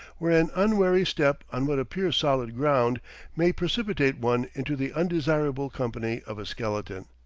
where an unwary step on what appears solid ground may precipitate one into the undesirable company of a skeleton.